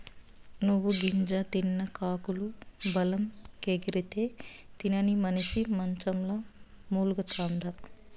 నువ్వు గింజ తిన్న కాకులు బలంగెగిరితే, తినని మనిసి మంచంల మూల్గతండా